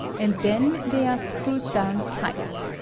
and then they are screwed down tight.